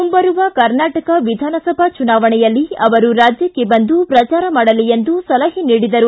ಮುಂಬರುವ ಕರ್ನಾಟಕ ವಿಧಾನಸಭಾ ಚುನಾವಣೆಯಲ್ಲಿ ಅವರು ರಾಜ್ಯಕ್ಕೆ ಬಂದು ಪ್ರಚಾರ ಮಾಡಲಿ ಎಂದು ಸಲಹೆ ನೀಡಿದರು